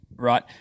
Right